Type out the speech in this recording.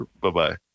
Bye-bye